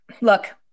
look